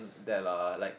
that lah like